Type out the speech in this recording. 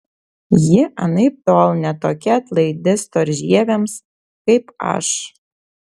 ji anaiptol ne tokia atlaidi storžieviams kaip aš